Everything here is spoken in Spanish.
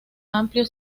amplio